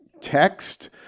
text